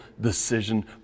decision